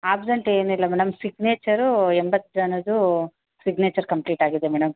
absent ಏನಿಲ್ಲ madam ಸಿಗ್ನೇಚರೂ ಎಂಬತ್ತು ಜನದ್ದೂ ಸಿಗ್ನೇಚರ್ ಕಂಪ್ಲೀಟ್ ಆಗಿದೆ ಮೇಡಮ್